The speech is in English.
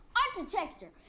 architecture